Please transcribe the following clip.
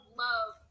love